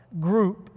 group